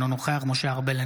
אינו נוכח משה ארבל,